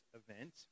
event